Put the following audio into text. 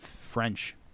French